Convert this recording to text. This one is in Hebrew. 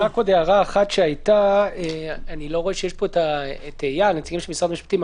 אני לא רואה את נציג משרד המשפטים,